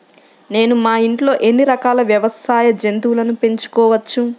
నేను మా ఇంట్లో ఎన్ని రకాల వ్యవసాయ జంతువులను పెంచుకోవచ్చు?